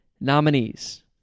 nominees